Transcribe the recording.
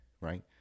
right